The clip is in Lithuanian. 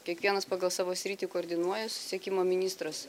kiekvienas pagal savo sritį koordinuoja susisiekimo ministras